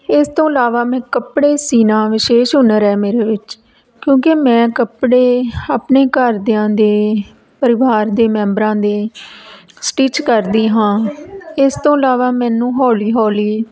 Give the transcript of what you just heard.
ਇਸ ਤੋਂ ਇਲਾਵਾ ਮੈਂ ਕੱਪੜੇ ਸਿਉਣਾ ਵਿਸ਼ੇਸ਼ ਹੁਨਰ ਹੈ ਮੇਰੇ ਵਿੱਚ ਕਿਉਂਕਿ ਮੈਂ ਕੱਪੜੇ ਆਪਣੇ ਘਰਦਿਆਂ ਦੇ ਪਰਿਵਾਰ ਦੇ ਮੈਂਬਰਾਂ ਦੇ ਸਟਿਚ ਕਰਦੀ ਹਾਂ ਇਸ ਤੋਂ ਇਲਾਵਾ ਮੈਨੂੰ ਹੌਲੀ ਹੌਲੀ